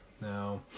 Now